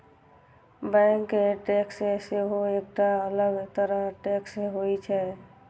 bank tax सेहो एकटा अलग तरह टैक्स होइ छै